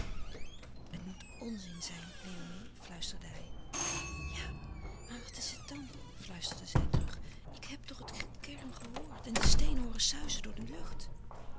het moet onzin zijn léonie fluisterde hij ja maar wat is het dan fluisterde zij terug ik heb toch het gekerm gehoord en den steen hooren suizen door de lucht